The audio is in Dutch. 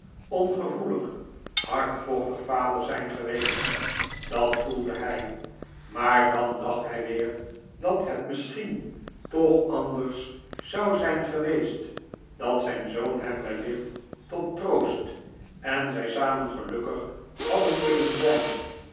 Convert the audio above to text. ongevoelig hardvochtig vader zijn geweest dat voelde hij maar dan dacht hij weer dat het misschien toch anders zou zijn geweest dat zijn zoon hem wellicht tot troost en zij samen gelukkig hadden kunnen zijn